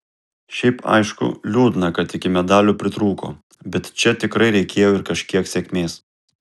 šiaip aišku liūdna kad iki medalių pritrūko bet čia tikrai reikėjo ir kažkiek sėkmės